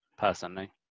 personally